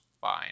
fine